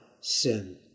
sin